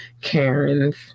Karens